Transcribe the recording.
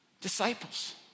disciples